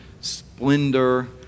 splendor